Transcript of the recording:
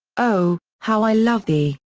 o, how i love thee!